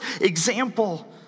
example